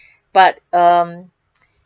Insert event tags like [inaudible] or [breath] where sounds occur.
[breath] but um [noise]